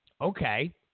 Okay